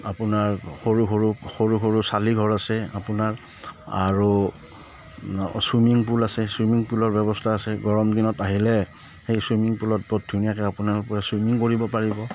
আপোনাৰ সৰু সৰু সৰু সৰু ছালিঘৰ আছে আপোনাৰ আৰু চুইমিং পুল আছে চুইমিং পুলৰ ব্যৱস্থা আছে গৰম দিনত আহিলে সেই চুইমিং পুলত বহুত ধুনীয়াকৈ আপোনালোকে চুইমিং কৰিব পাৰিব